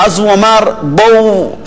ואז הוא אמר: בואו,